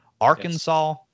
Arkansas